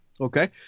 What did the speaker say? okay